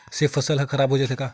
से फसल ह खराब हो जाथे का?